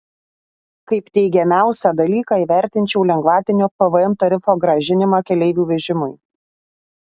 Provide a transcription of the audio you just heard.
kaip teigiamiausią dalyką įvertinčiau lengvatinio pvm tarifo grąžinimą keleivių vežimui